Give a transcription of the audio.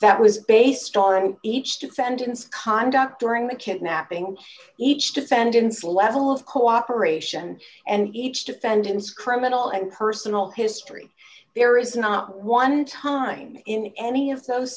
that was based on each defendant's conduct during the kidnapping and each defendant's level of cooperation and each defendant's criminal and personal history there is not one time in any of those